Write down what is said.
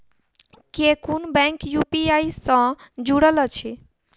केँ कुन bank UPI सँ जुड़ल अछि?